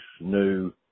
new